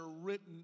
written